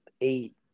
eight